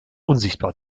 unsichtbar